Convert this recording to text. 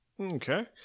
Okay